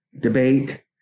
debate